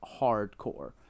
hardcore